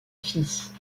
fils